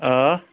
آ